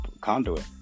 conduit